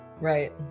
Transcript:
Right